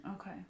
Okay